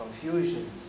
confusion